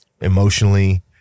emotionally